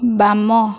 ବାମ